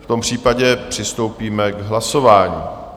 V tom případě přistoupíme k hlasování.